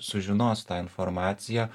sužinos tą informaciją